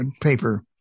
paper